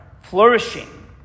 flourishing